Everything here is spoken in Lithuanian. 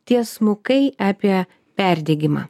tiesmukai apie perdegimą